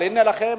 אבל הנה לכם,